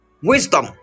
wisdom